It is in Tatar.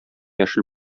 яшел